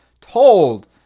told